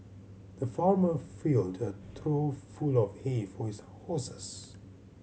the farmer filled a trough full of hay for his horses